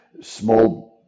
small